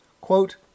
quote